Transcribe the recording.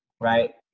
right